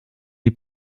die